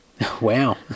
Wow